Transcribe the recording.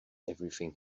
everything